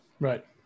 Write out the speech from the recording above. Right